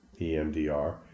EMDR